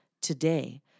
Today